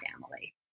family